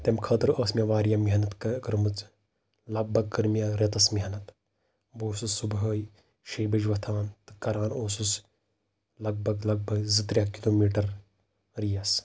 تَمہِ خٲطرٕ ٲسۍ مےٚ واریاہ محنت کٔر کٔرمٕژ لگ بگ کٔر مےٚ رٮ۪تَس محنت بہٕ اوسُس صُبحٲے شیٚیہِ بَجہِ وۄتھان تہٕ کَران اوسُس لگ بگ لگ بگ زٕ ترٛےٚ کِلوٗمیٖٹر ریس